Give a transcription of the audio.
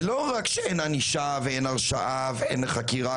זה לא רק שאין ענישה ואין הרשעה ואין חקירה